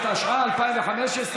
התשע"ה 2015,